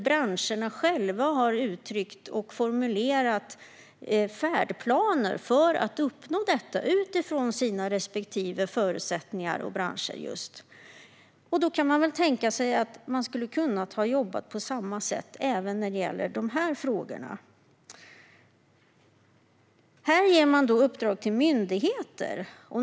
Branscherna har själva formulerat färdplaner för att uppnå detta utifrån sina respektive förutsättningar. Det kan väl tänkas att man skulle ha kunnat jobba på samma sätt även när det gäller de här frågorna. Här ger man uppdrag till myndigheter.